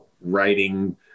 writing